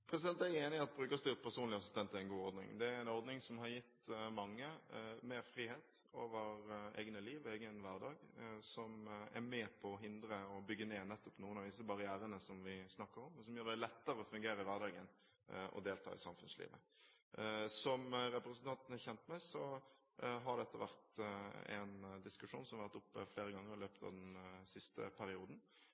Jeg er enig i at brukerstyrt personlig assistent er en god ordning. Det er en ordning som har gitt mange mer frihet over eget liv, egen hverdag, som er med på å hindre og bygge ned nettopp noen av disse barrierene som vi snakker om, og som gjør det lettere å fungere i hverdagen og delta i samfunnslivet. Som representanten er kjent med, er dette en diskusjon som har vært oppe flere ganger i løpet av den siste perioden.